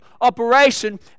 operation